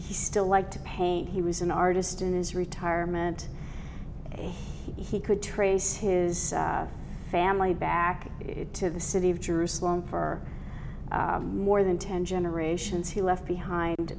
he still like to paint he was an artist in his retirement he could trace his family back to the city of jerusalem for more than ten generations he left behind